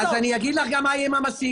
אז אני אגיד לך גם מה יהיה עם המסיק.